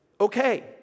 okay